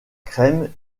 crème